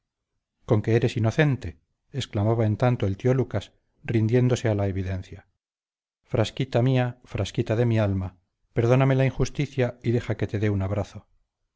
conque eres inocente exclamaba en tanto el tío lucas rindiéndose a la evidencia frasquita mía frasquita de mi alma perdóname la injusticia y deja que te dé un abrazo